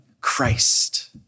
Christ